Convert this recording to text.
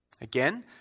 Again